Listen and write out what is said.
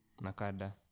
Nakada